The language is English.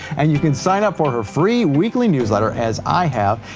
and you can sign up for her free weekly newsletter as i have.